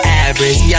average